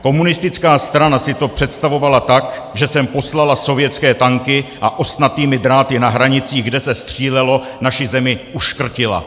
Komunistická strana si to představovala tak, že sem poslala sovětské tanky a ostnatými dráty na hranicích, kde se střílelo, naši zemi uškrtila.